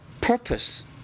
purpose